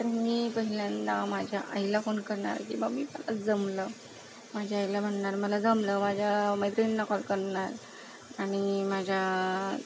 तर मी पहिल्यांदा माझ्या आईला फोन करणार की मम्मी मला जमलं माझ्या आईला म्हणणार मला जमलं माझ्या मैत्रिणींना कॉल करणार आणि माझ्या